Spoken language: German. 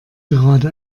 gerade